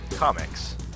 Comics